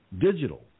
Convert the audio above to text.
digital